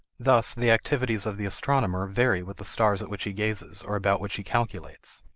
thus the activities of the astronomer vary with the stars at which he gazes or about which he calculates.